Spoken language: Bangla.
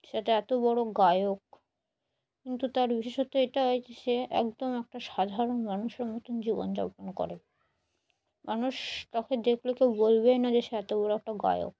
সে একটা এত বড় গায়ক কিন্তু তার বিশেষত্ব এটাই যে সে একদম একটা সাধারণ মানুষের মতন জীবনযাপন করে মানুষ তাকে দেখলে কেউ বলবেই না যে সে এত বড় একটা গায়ক